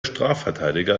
strafverteidiger